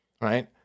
Right